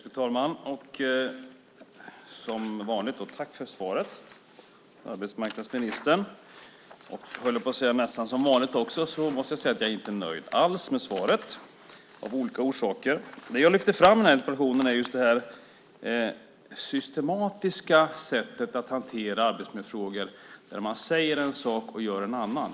Fru talman! Som vanligt tack för svaret, arbetsmarknadsministern! Och nästan som vanligt, höll jag på att säga, är jag inte alls nöjd med svaret, av olika orsaker. Det jag lyfte fram i interpellationen är det systematiska sättet att hantera arbetsmiljöfrågor, där man säger en sak och gör en annan.